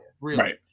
Right